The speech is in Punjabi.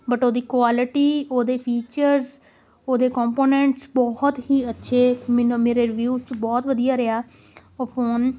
ਬਟ ਉਹਦੀ ਕੁਆਲਿਟੀ ਉਹਦੇ ਫੀਚਰਸ ਉਹਦੇ ਕੰਪੋਨੈਂਟਸ ਬਹੁਤ ਹੀ ਅੱਛੇ ਮੈਨੂੰ ਮੇਰੇ ਰਿਵਿਊ 'ਚ ਬਹੁਤ ਵਧੀਆ ਰਿਹਾ ਉਹ ਫੋਨ